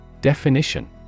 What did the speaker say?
Definition